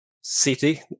city